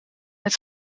het